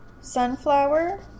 Sunflower